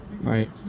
Right